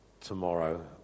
tomorrow